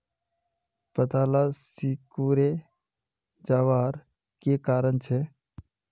पत्ताला सिकुरे जवार की कारण छे?